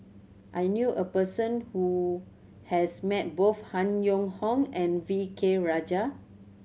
I knew a person who has met both Han Yong Hong and V K Rajah